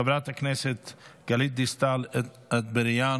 חברת הכנסת גלית דיסטל אטבריאן,